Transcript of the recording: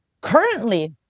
currently